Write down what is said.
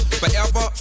forever